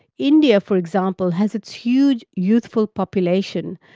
india, for example, has its huge youthful population,